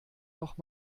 noch